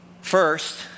first